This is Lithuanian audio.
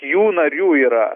jų narių yra